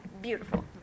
beautiful